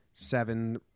Seven